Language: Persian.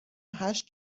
هشت